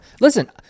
listen